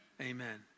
Amen